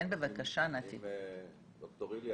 רק אם ד"ר איליה